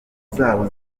zabo